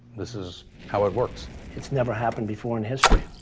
this is how it works? it's never happened before in history,